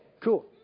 cool